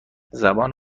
زبان